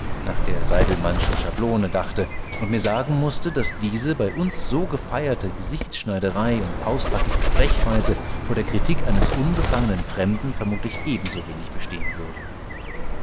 nach der seydelmannschen schablone dachte und mir sagen mußte daß diese bei uns so gefeierte gesichterschneiderei und pausbackige sprechweise vor der kritik eines unbefangenen fremden vermutlich ebensowenig bestehen würde